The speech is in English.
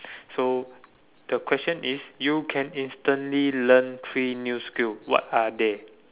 so the question is you can instantly learn three new skill what are they